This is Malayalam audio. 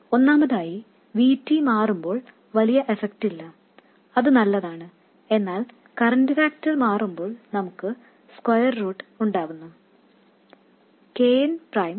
ഒന്നാമതായി V T മാറുമ്പോൾ വലിയ എഫെക്ട് ഇല്ല അത് നല്ലതാണ് എന്നാൽ കറൻറ് ഫാക്ടർ മാറുമ്പോൾ നമുക്ക് സ്ക്വയർ റൂട്ട് ഉണ്ടാകുന്നു K n പ്രൈം 1